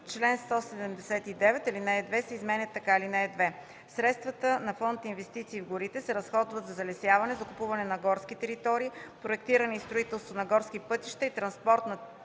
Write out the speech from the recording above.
чл. 179 ал. 2 се изменя така: „(2) Средствата на фонд „Инвестиции в горите” се разходват за залесяване, закупуване на горски територии, проектиране и строителство на горски пътища и транспортна